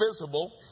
visible